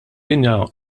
dinja